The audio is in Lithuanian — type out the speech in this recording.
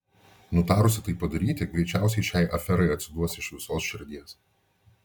nutarusi tai padaryti greičiausiai šiai aferai atsiduos iš visos širdies